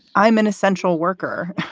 i'm an essential worker.